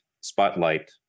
spotlight